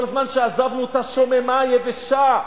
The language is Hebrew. כל זמן שעזבנו אותה, שוממה, יבשה,